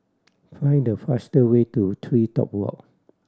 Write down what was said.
find the faster way to TreeTop Walk